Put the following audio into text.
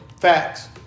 Facts